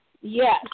Yes